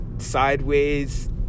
sideways